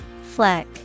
Fleck